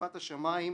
מה זה החינוך המקולקל?